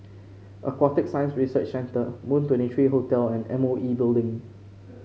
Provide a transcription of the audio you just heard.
Aquatic Science Research Centre Moon Twenty three Hotel and M O E Building